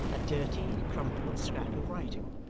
a dirty, crumpled scrap of writing.